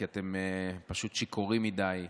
כי אתם פשוט שיכורים מדי מהכוח,